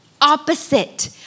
opposite